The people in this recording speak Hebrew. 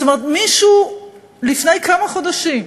זאת אומרת, לפני כמה חודשים,